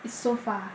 it's so far